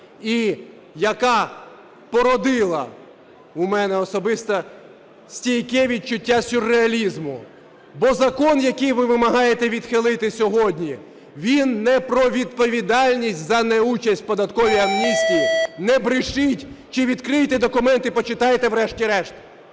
і яка породила у мене особисто стійке відчуття сюрреалізму. Бо закон, який ви вимагаєте відхилити сьогодні, він не про відповідальність за неучасть в податковій амністії. Не брешіть! Чи відкрийте документ і почитайте врешті-решт.